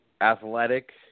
athletic